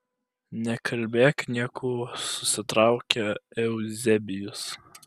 nekalbėk niekų susiraukė euzebijus